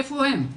איפה הם?